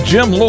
Jim